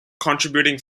contributing